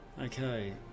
Okay